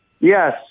Yes